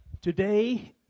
Today